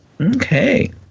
Okay